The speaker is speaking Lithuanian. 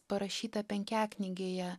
parašyta penkiaknygėje